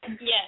Yes